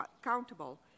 accountable